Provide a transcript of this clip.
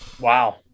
Wow